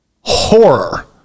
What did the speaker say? horror